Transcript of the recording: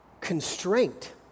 constraint